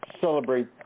celebrate